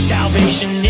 Salvation